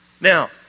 Now